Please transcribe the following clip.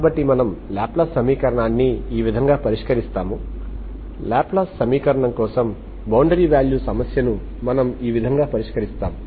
కాబట్టి మనము లాప్లాస్ సమీకరణాన్ని ఈ విధంగా పరిష్కరిస్తాము లాప్లాస్ సమీకరణం కోసం బౌండరీ వాల్యూ సమస్యను మనము ఈ విధంగా పరిష్కరిస్తాము